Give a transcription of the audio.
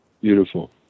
Beautiful